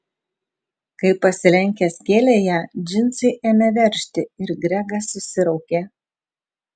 kai pasilenkęs kėlė ją džinsai ėmė veržti ir gregas susiraukė